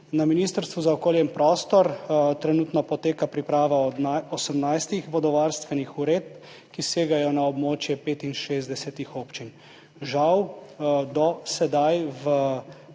Na Ministrstvu za okolje in prostor trenutno poteka priprava 18 vodovarstvenih uredb, ki segajo na območje 65 občin. Žal do sedaj v